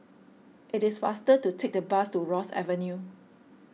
it is faster to take the bus to Ross Avenue